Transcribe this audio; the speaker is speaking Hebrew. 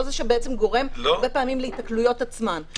זה שבעצם גורם הרבה פעמים להיתקלויות עצמן,